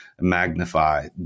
magnify